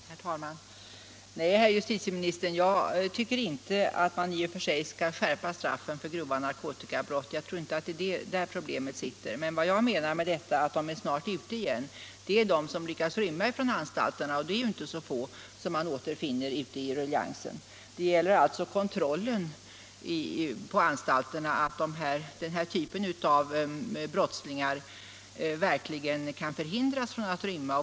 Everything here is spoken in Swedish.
Herr talman! Nej, herr justitieminister, jag tycker inte att man skall skärpa straffen för grova narkotikabrott. Jag tror inte att det är där problemet ligger. Vad jag menar när jag säger att de snart är ute igen är att de som lyckats rymma från anstalterna — och det är inte så få — återfinns ute i ruljangsen. Mitt uttalande gäller alltså kontrollen på anstalterna, att den här typen av brottslingar verkligen kan förhindras att rymma.